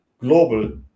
global